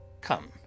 Come